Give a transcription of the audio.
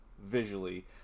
visually